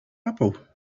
apple